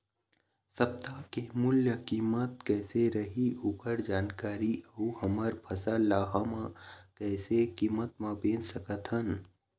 सप्ता के मूल्य कीमत कैसे रही ओकर जानकारी अऊ हमर फसल ला हम कैसे कीमत मा बेच सकत हन?